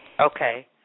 Okay